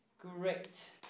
great